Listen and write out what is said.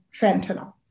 fentanyl